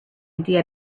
idea